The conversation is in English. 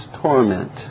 torment